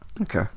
okay